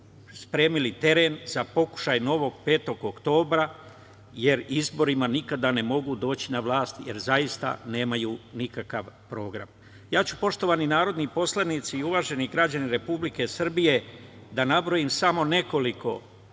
spremili teren za pokušaj novog 5. oktobra jer izborima nikada ne mogu doći na vlast, jer zaista nemaju nikakav program. Ja ću poštovani narodni poslanici, uvaženi građani Republike Srbije, da nabrojim samo nekoliko